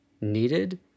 needed